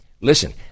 Listen